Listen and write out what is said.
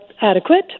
adequate